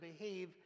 behave